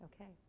Okay